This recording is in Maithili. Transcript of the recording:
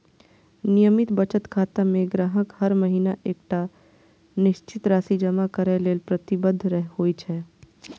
नियमित बचत खाता मे ग्राहक हर महीना एकटा निश्चित राशि जमा करै लेल प्रतिबद्ध होइ छै